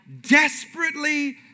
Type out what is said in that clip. Desperately